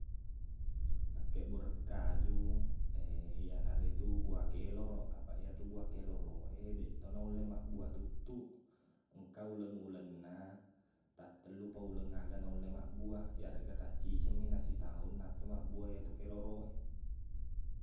Akkebbuaren kaju iyana ritu bua keloroq apaq eyatu bua keloroq e deq to naulle maqbua tuttuq engka uleng-uleng na tattellupa uleng aga naulle maqbua iyareqga taqcicengmi nasitaung nappa mabbua iyatu keloroq e